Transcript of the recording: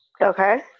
Okay